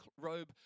robe